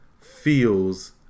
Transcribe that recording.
feels